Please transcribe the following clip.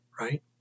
right